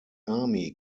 army